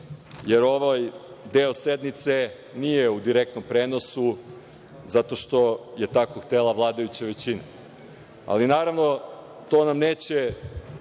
jer ovaj deo sednice nije u direktnom prenosu, zato što je tako htela vladajuća većina. Naravno, to nas neće